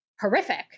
horrific